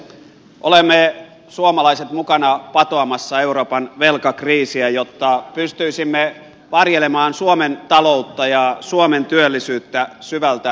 olemme suomalaiset mukana patoamassa euroopan velkakriisiä jotta pystyisimme varjelemaan suomen taloutta ja suomen työllisyyttä syvältä lamalta